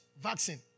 vaccine